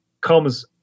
comes